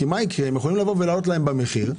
כי הם יכולים להעלות להם במחיר,